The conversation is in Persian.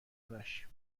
آرش